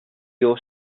also